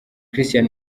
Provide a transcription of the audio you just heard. christian